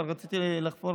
לחפור